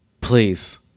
Please